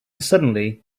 suddenly